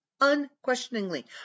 unquestioningly